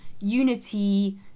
unity